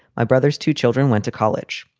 my brother's two children went to college.